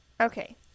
Okay